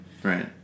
Right